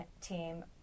team